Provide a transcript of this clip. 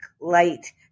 light